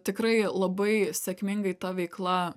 tikrai labai sėkmingai ta veikla